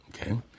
Okay